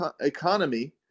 economy